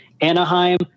Anaheim